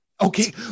okay